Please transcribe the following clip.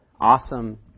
awesome